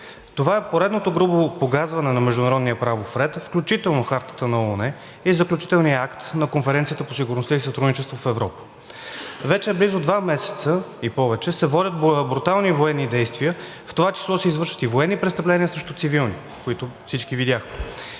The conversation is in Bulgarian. Това е поредното грубо погазване на международния правов ред, включително Хартата на ООН и Заключителният акт на Конференцията по сигурността и сътрудничеството в Европа. Вече близо два месеца – и повече, се водят брутални военни действия, в това число се извършват и военни престъпления срещу цивилни, които всички видяхме